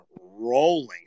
rolling